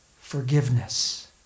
forgiveness